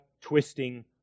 twisting